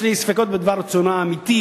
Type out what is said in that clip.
אני אצביע, ודאי.